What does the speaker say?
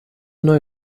neue